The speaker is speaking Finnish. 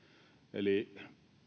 eli se